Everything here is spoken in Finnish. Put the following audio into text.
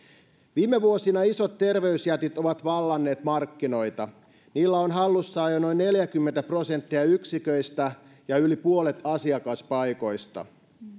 viime vuosina isot terveysjätit ovat vallanneet markkinoita niillä on hallussaan jo noin neljäkymmentä prosenttia yksiköistä ja yli puolet asiakaspaikoista